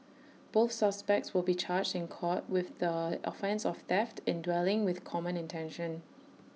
both suspects will be charged in court with the offence of theft in dwelling with common intention